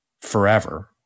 forever